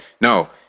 No